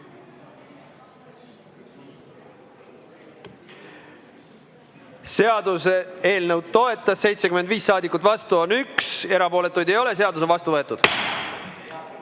Seaduseelnõu toetas 75 saadikut, vastu on 1, erapooletuid ei ole. Seadus on vastu võetud.